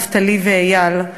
נפתלי ואיל.